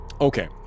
Okay